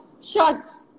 Shots